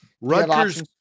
Rutgers